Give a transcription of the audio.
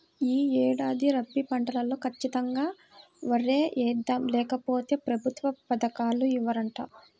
యీ ఏడాది రబీ పంటలో ఖచ్చితంగా వరే యేద్దాం, లేకపోతె ప్రభుత్వ పథకాలు ఇవ్వరంట